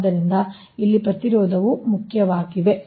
ಆದ್ದರಿಂದ ಇಲ್ಲಿ ಪ್ರತಿರೋಧವು ಮುಖ್ಯವಾಗಿದೆ